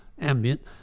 ambient